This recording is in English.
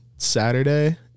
saturday